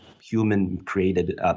human-created